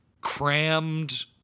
crammed